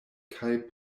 kaj